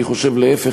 אני חושב שלהפך,